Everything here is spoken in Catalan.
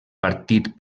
partit